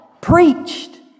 preached